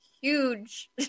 huge